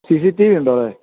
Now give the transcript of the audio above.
C C T V ഉണ്ടോ അവിടെ